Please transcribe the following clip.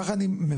כך אני מוודאת.